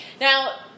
Now